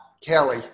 Kelly